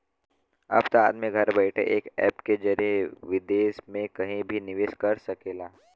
अब त आदमी घर बइठे एक ऐप के जरिए विदेस मे कहिं भी निवेस कर सकेला